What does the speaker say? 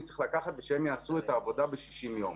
צריך לקחת ושהם יעשו את העבודה ב-60 ימים.